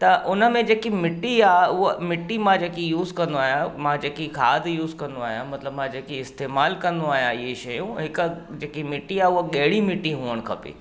त उन में जेकी मिटी आहे उहा मिटी मां जेकी यूस कंदो आहियां मां जेकी खाद यूस कंदो आहियां मतिलबु मां जेकी इस्तेमालु कंदो आहियां इहे शयूं हिकु जेकी मिटी आहे उहा गेड़ी मिटी हुजणु खपे